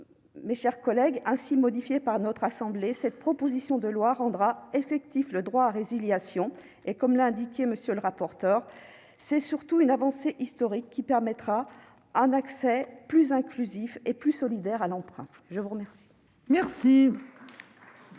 à moins de 62 ans. Ainsi modifiée par notre assemblée, cette proposition de loi rendra effectif le droit à résiliation. Comme l'a indiqué M. le rapporteur, elle constitue surtout une avancée historique qui permettra un accès plus inclusif et plus solidaire à l'emprunt. La parole est